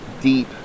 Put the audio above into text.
deep